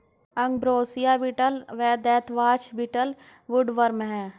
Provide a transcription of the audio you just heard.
ambrosia beetle व deathwatch beetle woodworm हैं